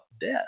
death